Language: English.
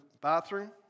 bathroom